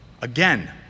Again